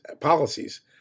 policies